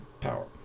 power